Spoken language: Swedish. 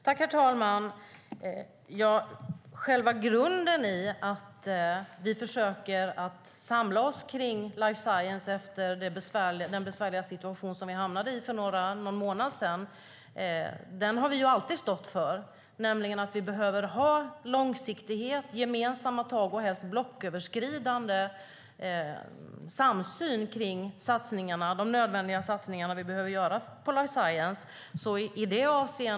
Herr talman! Själva grunden när vi försöker samla oss kring life science efter den besvärliga situation vi hamnade i för någon månad sedan har vi alltid stått för. Det handlar nämligen om att vi behöver ha långsiktighet, gemensamma tag och helst en blocköverskridande samsyn kring de nödvändiga satsningar vi behöver göra på life science.